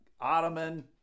ottoman